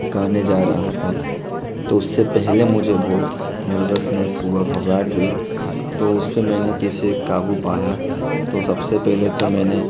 गाने जा रहा था तो उस से पहले मुझे बहुत नर्वसनेस हुआ घबराहट हुई तो उस पर मैंने कैसे क़ाबू पाया तो सब से पहले तो मैंने